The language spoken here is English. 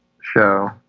show